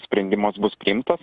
sprendimas bus priimtas